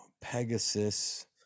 pegasus